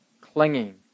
clinging